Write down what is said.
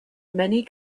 many